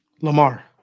Lamar